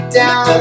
down